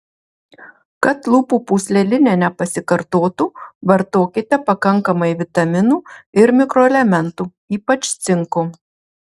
kad lūpų pūslelinė nepasikartotų vartokite pakankamai vitaminų ir mikroelementų ypač cinko